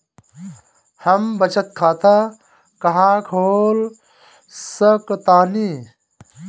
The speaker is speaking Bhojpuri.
हम बचत खाता कहां खोल सकतानी?